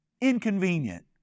inconvenient